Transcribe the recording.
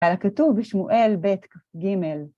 על הכתוב שמואל ב' ג'